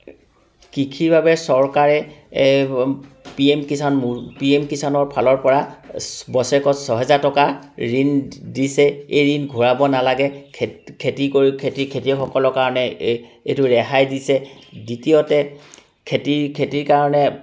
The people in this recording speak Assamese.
কৃষিৰ বাবে চৰকাৰে P M Kisan P M কিষাণৰ ফালৰ পৰা ছ বছৰেকত ছহেজাৰ টকা ঋণ দিছে এই ঋণ ঘূৰাব নালাগে খেত্ খেতি কৰি খেতিয়কসকলৰ কাৰণে এইটো ৰেহাই দিছে দ্বিতীয়তে খেতি খেতিৰ কাৰণে